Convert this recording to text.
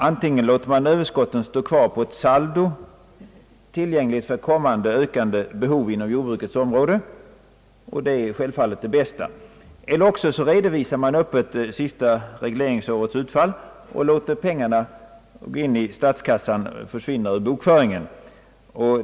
Antingen låter man överskotten stå kvar på ett saldo tillgängligt för kommande ökande behov inom jordbrukets område — och det är självfallet det bästa — eller också redovisar man öppet senaste regleringsårets utfall och låter pengarna gå in i statskassan. De försvinner då i bokföringen.